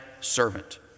servant